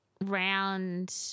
round